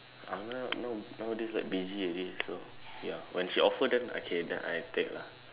angah now~ nowadays like busy already so ya when she offer then okay then I take lah